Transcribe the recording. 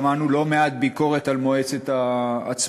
שמענו לא מעט ביקורת על מועצת הצמחים,